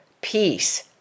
peace